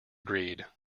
agreed